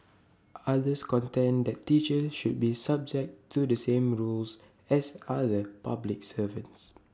others contend that teachers should be subject to the same rules as other public servants